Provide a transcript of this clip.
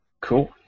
Cool